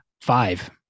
Five